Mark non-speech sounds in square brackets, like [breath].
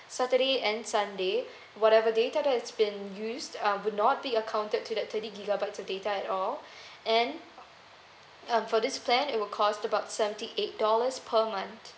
saturday and sunday whatever data that has been used uh would not be accounted to that thirty gigabytes of data at all [breath] and um for this plan it will cost about seventy eight dollars per month